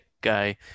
guy